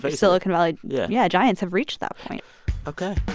but silicon valley yeah yeah giants have reached that point ok.